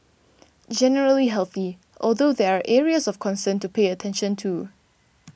generally healthy although there are areas of concern to pay attention to